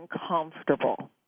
uncomfortable